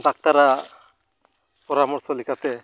ᱰᱟᱠᱛᱟᱨᱟᱜ ᱯᱚᱨᱟᱢᱚᱨᱥᱚ ᱞᱮᱠᱟᱛᱮ